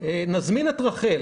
נזמין את רחל